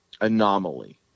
anomaly